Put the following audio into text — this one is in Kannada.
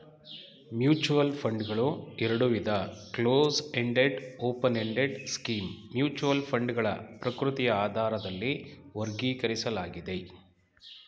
ಮ್ಯೂಚುವಲ್ ಫಂಡ್ಗಳು ಎರಡುವಿಧ ಕ್ಲೋಸ್ಎಂಡೆಡ್ ಓಪನ್ಎಂಡೆಡ್ ಸ್ಕೀಮ್ ಮ್ಯೂಚುವಲ್ ಫಂಡ್ಗಳ ಪ್ರಕೃತಿಯ ಆಧಾರದಲ್ಲಿ ವರ್ಗೀಕರಿಸಲಾಗಿದೆ